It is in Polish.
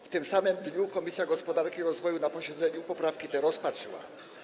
W tym samym dniu Komisja Gospodarki i Rozwoju na posiedzeniu poprawki te rozpatrzyła.